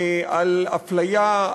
על אפליה,